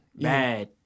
bad